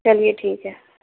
چلیے ٹھیک ہے